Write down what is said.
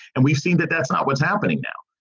and we've seen that. that's not what's happening now.